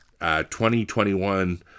2021